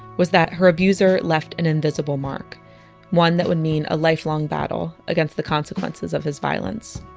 was that her abuser left an invisible mark one that would mean a lifelong battle against the consequences of his violence